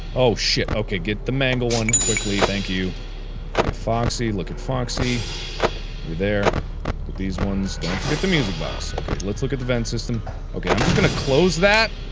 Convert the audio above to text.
oh shit okay get the mangle one quickly thank you the foxy look at foxy you're there but these ones don't fit the music box let's look at the vent system okay i'm just gonna close that